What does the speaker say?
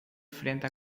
frente